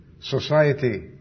Society